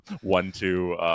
one-two